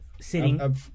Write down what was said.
Sitting